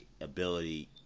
ability